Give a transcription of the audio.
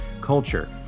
culture